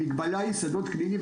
המגבלה היא שדות קליניים.